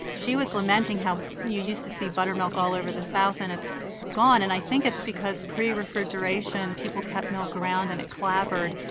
she was lamenting how you used to see buttermilk all over the south and it's gone. and i think it's because pre-refrigeration, people kept milk around and it clabbered,